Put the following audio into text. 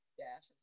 dash